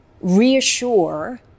reassure